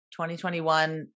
2021